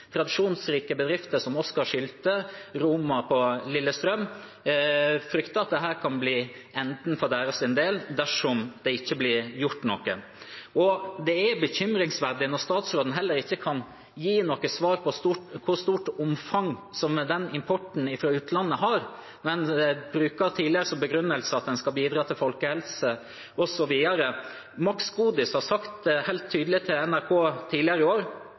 Tradisjonsrike bedrifter som Oskar Sylte og Roma i Lillestrøm frykter at dette for deres del kan bli enden dersom det ikke blir gjort noe. Dette er bekymringsverdig når statsråden heller ikke kan gi noe svar på hvor stort omfang den importen fra utlandet har – når en tidligere brukte som begrunnelse at en skal bidra til folkehelse osv. MaxGodis sa helt tydelig til NRK tidligere i år: